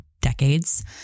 decades